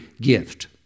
gift